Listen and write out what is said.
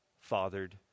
fathered